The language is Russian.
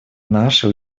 наши